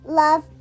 love